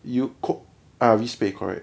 you co~ ah risk pay correct